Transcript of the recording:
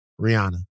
Rihanna